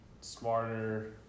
smarter